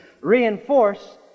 reinforce